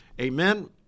Amen